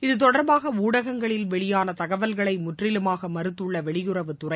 இதுதொடர்பாக ஊடகங்களில் வெளியாள தகவல்களை முற்றிலுமாக மறுத்துள்ள வெளியுறவுத் துறை